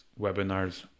webinars